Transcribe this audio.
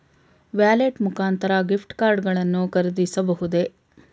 Wallet ಮುಖಾಂತರ gift card ಗಳನ್ನು ಖರೀದಿಸಬಹುದೇ?